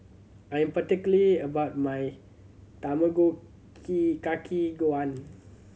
I am particular about my Tamago Kake Gohan